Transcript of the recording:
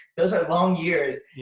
those are long years.